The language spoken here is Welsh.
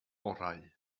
orau